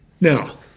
Now